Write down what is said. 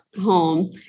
home